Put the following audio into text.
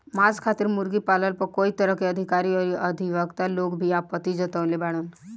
मांस खातिर मुर्गी पालन पर भी कई तरह के अधिकारी अउरी अधिवक्ता लोग भी आपत्ति जतवले बाड़न